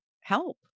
help